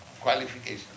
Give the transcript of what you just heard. Qualification